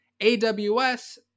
AWS